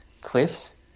cliffs